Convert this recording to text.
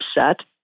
upset